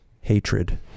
hatred